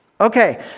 Okay